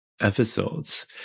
episodes